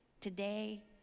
today